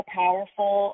powerful